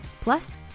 Plus